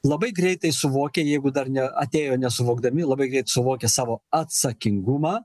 labai greitai suvokia jeigu dar ne atėjo nesuvokdami labai greit suvokia savo atsakingumą